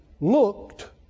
looked